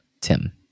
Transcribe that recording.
Tim